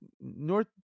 North